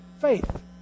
faith